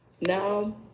Now